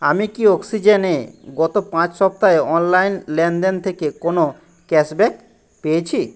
আমি কি অক্সিজেনে গত পাঁচ সপ্তাহে অনলাইন লেনদেন থেকে কোনো ক্যাশব্যাক পেয়েছি